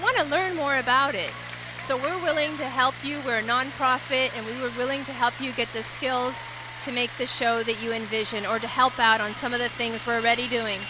want to learn more about it so we're willing to help you were non profit and we were willing to help you get the skills to make the show that you envision or to help out on some of the things we're already doing